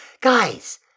Guys